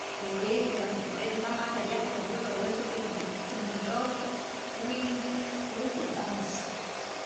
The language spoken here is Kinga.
Ukivikira mukideli kama ata jakurya juve wesa uvike jisisima kidoko, wirya pyu urye basi.